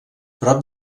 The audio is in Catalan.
prop